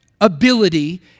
ability